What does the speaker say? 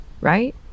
Right